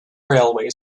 railway